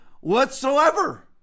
whatsoever